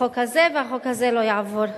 לחוק הזה, והחוק הזה לא יעבור.